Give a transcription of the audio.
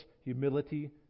Humility